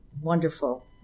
wonderful